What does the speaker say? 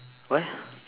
what